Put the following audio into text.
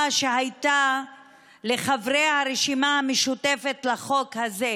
שהייתה לחברי הרשימה המשותפת בחוק הזה,